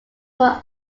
were